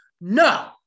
no